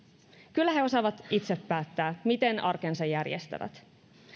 kyllä he osaavat itse päättää miten arkensa järjestävät